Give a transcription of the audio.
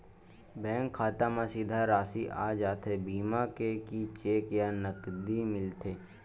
Bank खाता मा सीधा राशि आ जाथे बीमा के कि चेक या नकदी मिलथे?